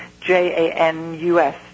J-A-N-U-S